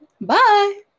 bye